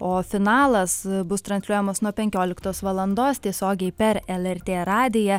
o finalas bus transliuojamas nuo penkioliktos valandos tiesiogiai per lrt radiją